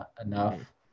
enough